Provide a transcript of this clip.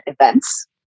events